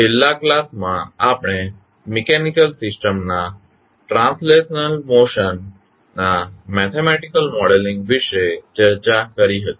છેલ્લા ક્લાસ માં આપણે મિકેનિકલ સિસ્ટમ ના ટ્રાન્સલેશનલ મોશન ના મેથેમેટીકલ મોડેલિંગ વિશે ચર્ચા કરી હતી